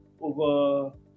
over